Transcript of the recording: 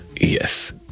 yes